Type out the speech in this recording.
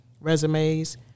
resumes